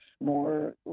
more